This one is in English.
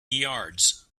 yards